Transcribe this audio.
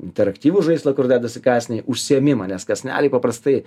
interaktyvų žaislą kur dedasi kąsniai užsiėmimą nes kąsneliai paprastai